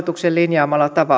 ja